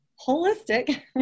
holistic